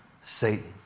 Satan